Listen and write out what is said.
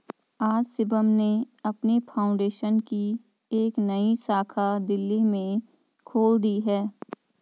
आज शिवम ने अपनी फाउंडेशन की एक नई शाखा दिल्ली में खोल दी है